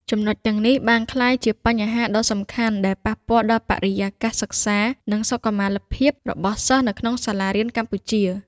ចំណុចទាំងនេះបានក្លាយជាបញ្ហាដ៏សំខាន់ដែលប៉ះពាល់ដល់បរិយាកាសសិក្សា និងសុខុមាលភាពរបស់សិស្សនៅក្នុងសាលារៀនកម្ពុជា។